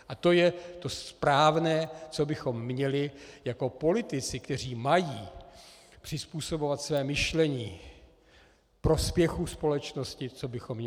A to je to správné, co bychom měli jako politici, kteří mají přizpůsobovat své myšlení prospěchu společnosti, co bychom měli hájit.